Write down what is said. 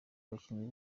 bakinyi